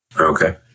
Okay